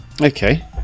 okay